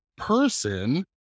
person